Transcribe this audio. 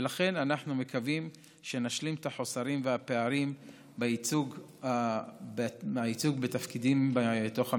ולכן אנחנו מקווים שנשלים את החוסר והפערים בייצוג בתפקידים בתוך המשרד,